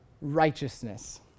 righteousness